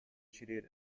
cheated